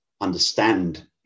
understand